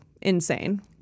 insane